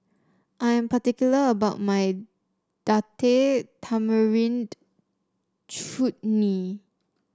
I am particular about my Tamarind Chutney